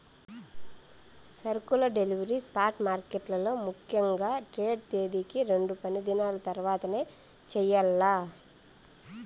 సరుకుల delivery spot మార్కెట్లలో ముఖ్యంగా ట్రేడ్ తేదీకి రెండు పనిదినాల తర్వాతనే చెయ్యాల్ల